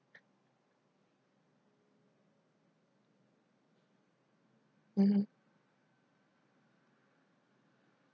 mmhmm